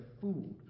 food